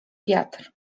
wiatr